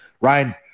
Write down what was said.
Ryan